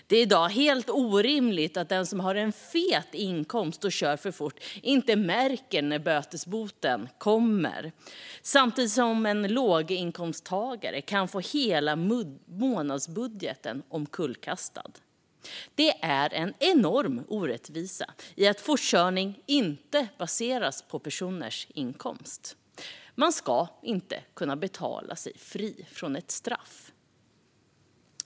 Det är helt orimligt att den som har en fet inkomst och kör för fort inte märker när en böteslapp kommer samtidigt som en låginkomsttagare kan få hela månadsbudgeten omkullkastad. Det är en enorm orättvisa att fortkörningsböter inte baseras på personers inkomst. Man ska inte kunna betala sig fri från ett straff.